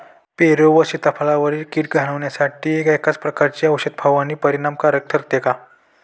पेरू व सीताफळावरील कीड घालवण्यासाठी एकाच प्रकारची औषध फवारणी परिणामकारक ठरते का?